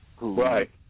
Right